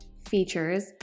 features